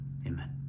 amen